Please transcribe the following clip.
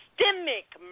systemic